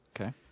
Okay